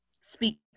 speak